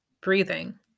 breathing